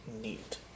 Neat